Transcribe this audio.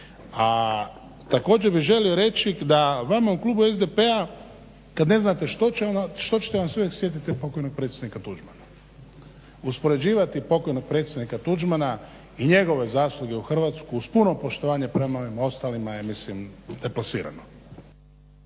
A također bih želio da vama u klubu SDP-a kada ne znate što ćete onda se uvijek sjetite pokojnog predsjednika Tuđmana. Uspoređivati pokojnog predsjednika Tuđmana i njegove zasluge u Hrvatskoj uz puno poštovanje prema ovim ostalima je mislim deplasirano.